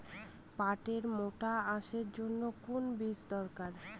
পাটের মোটা আঁশের জন্য কোন বীজ দরকার?